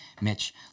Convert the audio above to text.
Mitch